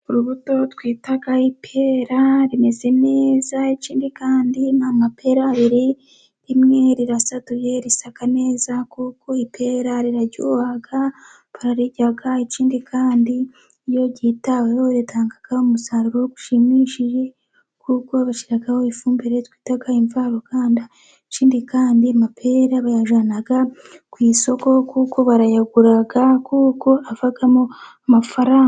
Urubuto twita ipera rimeze neza, ikindi kandi ni amapera abiri, rimwe rirasatuye risa neza, kuko ipera riraryoha bararirya, ikindi kandi iyo ryitaweho ritanga umusaruro ushimishije, kuko bashyiraho ifumbire twita imvaruganda, ikindi kandi amapera bayajyana ku isoko kuko barayagura, kuko avamo amafaranga.